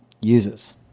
users